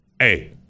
hey